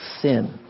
sin